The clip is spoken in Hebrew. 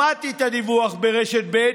שמעתי את הדיווח ברשת ב',